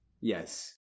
yes